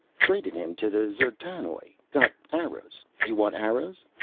traded him to the d'zertanoj. got arrows. you want arrows?